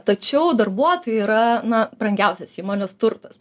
tačiau darbuotojų yra na brangiausias įmonės turtas